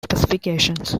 specifications